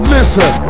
Listen